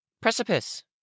Precipice